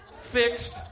fixed